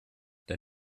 der